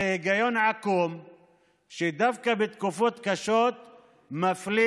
זה היגיון עקום שדווקא בתקופות קשות מפלים